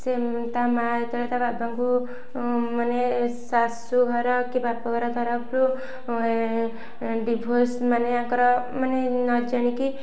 ସିଏ ତା ମାଆ ଯେତେବେଳେ ତା ବାବାଙ୍କୁ ମାନେ ଶାଶୂ ଘର କି ବାପ ଘର ତରଫରୁ ଡିଭୋର୍ସ୍ ମାନେ ଆଙ୍କର ମାନେ ନ ଜାଣିକି